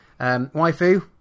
Waifu